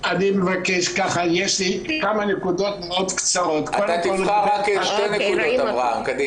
אני אומר לך כבר שמה שצריך לעשות זה לקחת